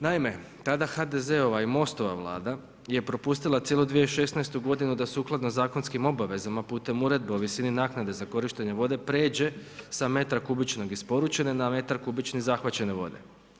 Naime, tada HDZ-ova i Most-ova vlada je propustila cijelu 2016. godinu da sukladno zakonskim obavezama putem Uredbi o visini naknade za korištenje vode pređe sa metra kubičnog isporučene na metar kubični zahvaćene vode.